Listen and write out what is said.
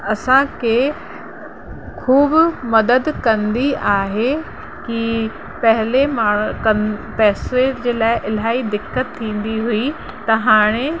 असांखे ख़ूबु मदद कंदी आहे की पहिरियों माण्हू कं पैसे जे लाइ इलाही दिक़त थींदी हुई त हाणे